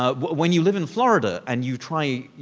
ah when you live in florida and you try,